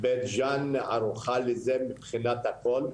בית-ג'ן ערוכה לזה מבחינת הכל,